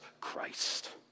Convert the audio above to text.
Christ